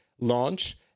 launch